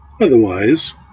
Otherwise